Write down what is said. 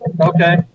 Okay